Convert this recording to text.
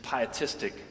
pietistic